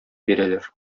бирәләр